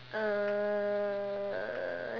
uh